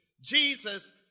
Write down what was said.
Jesus